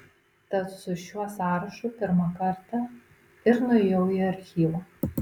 tad su šiuo sąrašu pirmą kartą ir nuėjau į archyvą